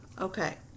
Okay